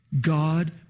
God